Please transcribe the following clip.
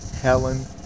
Helen